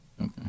Okay